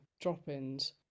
drop-ins